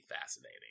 fascinating